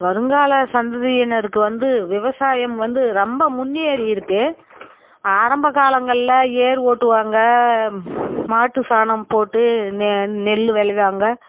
வருங்கால சந்ததியினருக்கு வந்து விவசாயம் வந்து ரொம்ப முன்னேறியிருக்கு ஆரம்ப காலங்களில் ஏர் ஓட்டுவாங்க மாட்டுச்சாணம் போட்டு நெல் நெல் விளைவாங்க